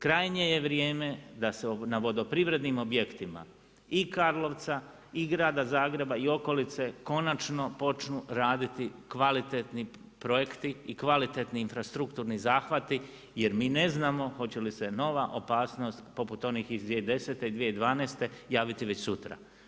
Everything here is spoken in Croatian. Krajnje je vrijeme da se na vodoprivrednim objektima i Karlovca, i Grada Zagreba i okolice konačno počnu raditi kvalitetni projekti i kvalitetni infrastrukturni zahvati jer mi ne znamo hoće li se nova opasnost poput onih iz 2010. i 2012. javiti već sutra.